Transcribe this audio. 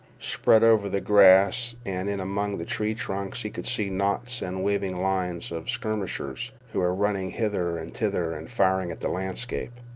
spread over the grass and in among the tree trunks, he could see knots and waving lines of skirmishers who were running hither and thither and firing at the landscape.